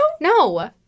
No